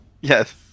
Yes